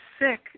sick